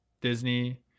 Disney